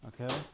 Okay